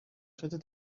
through